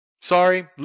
Sorry